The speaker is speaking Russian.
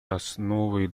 основой